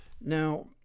Now